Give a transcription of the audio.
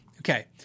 Okay